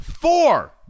four